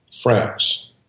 France